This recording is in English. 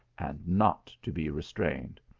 and not to be restrained.